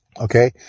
okay